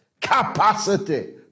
capacity